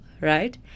right